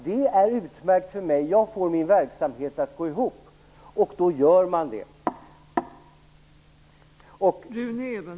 Det är utmärkt för mig - jag får min verksamhet att gå ihop. Då bedriver man verksamhet där.